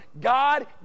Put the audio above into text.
God